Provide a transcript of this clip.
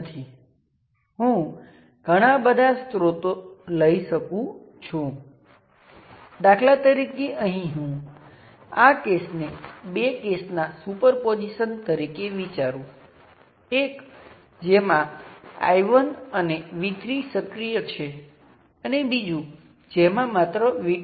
ત્યાં ઘણી શક્યતાઓ છે ખાસ કરીને આપણી પાસે બે પ્રકારના સોર્સ છે વોલ્ટેજ સોર્સ અને કરંટ સોર્સ અને આપણી પાસે બે પોર્ટ છે પોર્ટ 1 અને પોર્ટ 2